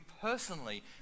personally